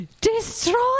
destroy